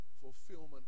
fulfillment